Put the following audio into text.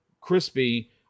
Crispy